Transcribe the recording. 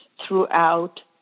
throughout